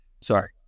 Sorry